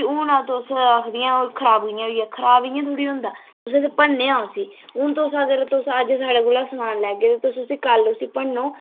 ते हून तुस आखदिया खराब कियां होई गेआ खराब इ'यां थोड़ी होंदा तुसें ते भन्नेआ उसी हून तुस अगर तुस अज्ज साढ़े कोला समान लैगे तुस कल उसी भन्नो